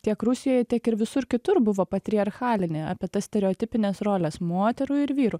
tiek rusijoj tiek ir visur kitur buvo patriarchalinė apie tas stereotipinės rolės moterų ir vyrų